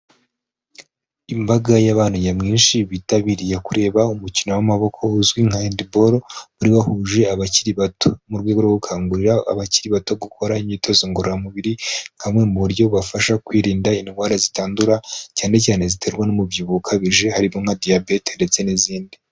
Imbaga y'abantu nyamwinshi bitabiriye kureba umukino w'amaboko uzwi nka hendi boro, wari wahuje abakiri bato mu rwego rwo gukangurira abakiri bato gukora imyitozo ngororamubiri, nka bumwe mu buryo bubafasha kwirinda indwara zitandura, cyane cyane ziterwa n'umubyibuho ukabije, harimo nka diyabete ndetse n'izindi.